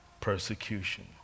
persecution